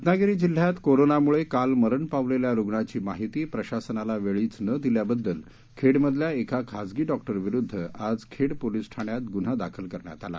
रत्नागिरी जिल्ह्यात करोनामुळे काल मरण पावलेल्या रुग्णाची माहिती प्रशासनाला वेळीच न दिल्याबद्दल खेडमधल्या एका खाजगी डॉक्टरविरुद्ध आज खेड पोलीस ठाण्यात गुन्हा दाखल करण्यात आला